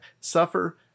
suffer